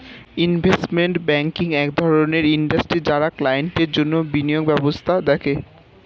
investment banking এক ধরণের industry যারা ক্লায়েন্টদের জন্যে বিনিয়োগ ব্যবস্থা দেখে